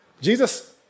Jesus